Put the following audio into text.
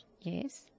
Yes